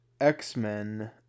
X-Men